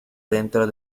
dentro